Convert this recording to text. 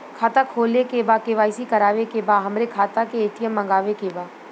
खाता खोले के बा के.वाइ.सी करावे के बा हमरे खाता के ए.टी.एम मगावे के बा?